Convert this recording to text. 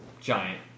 giant